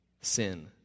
sin